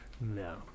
No